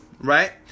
right